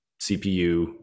CPU